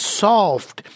soft